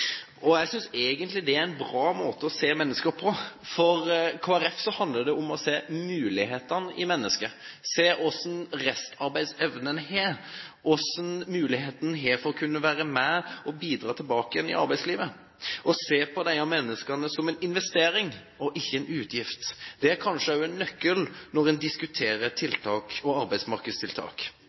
og jeg synes egentlig det er en bra måte å se mennesker på. For Kristelig Folkeparti handler det om å se mulighetene i mennesket, se hva slags restarbeidsevne en har og hvilke muligheter en har for å kunne være med på å bidra tilbake igjen i arbeidslivet og se på disse menneskene som en investering og ikke en utgift. Det er kanskje også en nøkkel når en diskuterer